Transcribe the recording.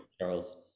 Charles